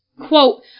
Quote